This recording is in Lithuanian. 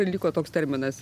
ir liko toks terminas